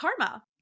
Karma